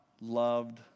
loved